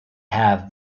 have